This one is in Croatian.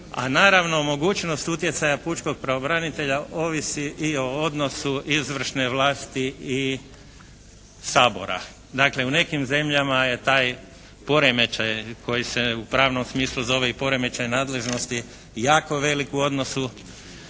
A naravno mogućnost utjecaja pučkog pravobranitelja ovisi i o odnosu izvršne vlasti i Sabora. Dakle u nekim zemljama je taj poremećaj koji se u pravnom smislu zove i poremećaj nadležnosti jako velik u odnosu